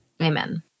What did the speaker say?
Amen